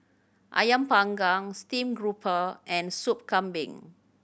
Ayam Panggang steamed grouper and Sup Kambing